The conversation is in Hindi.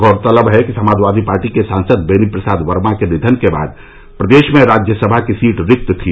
गौरतलब है कि समाजवादी पार्टी के सांसद बेनी प्रसाद वर्मा के निधन के बाद प्रदेश में राज्यसभा की सीट रिक्त थी